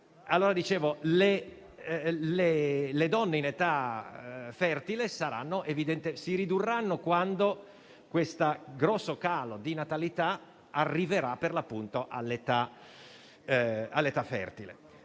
però sono uomini - si ridurranno quando questo grosso calo di natalità arriverà all'età fertile.